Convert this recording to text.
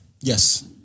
Yes